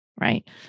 right